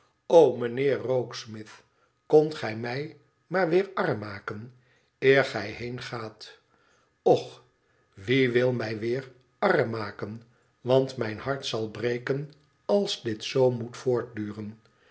mijnheer rokesmith kondt gij mij maar weer arm maken eer gij heengaat och wie wil mij weer arm maken want mijn hart zal breken als ciit z moet voortduren